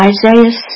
Isaiah